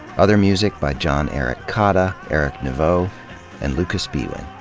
other music by john erik kaada, eric neveux, and lucas biewen.